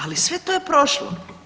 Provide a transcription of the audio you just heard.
Ali sve to je prošlo.